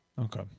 Okay